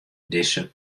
dizze